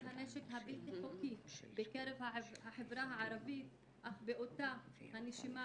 הנשק הבלתי חוקי בקרב החברה הערבית אך באותה הנשימה